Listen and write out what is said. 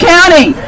County